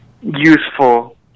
useful